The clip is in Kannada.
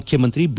ಮುಖ್ಯಮಂತ್ರಿ ಬಿ